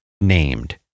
named